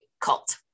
cult